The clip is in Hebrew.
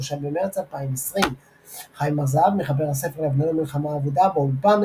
3 במרץ 2020 חיים הר-זהב מחבר הספר "לבנון - המלחמה האבודה" באולפן,